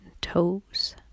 toes